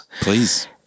Please